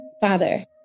Father